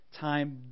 time